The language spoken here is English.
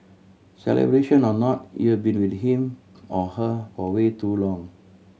celebration or not you've been with him or her for way too long